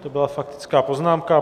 To byla faktická poznámka.